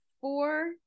four